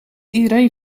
iedereen